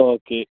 okay